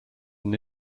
than